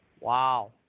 wow